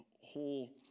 whole